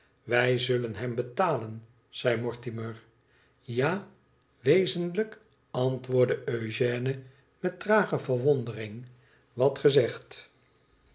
wü zullen hem betalen zei mortimer ja f wezenlijk antwoordde eugène met trage verwondering wat ge zegt